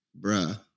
bruh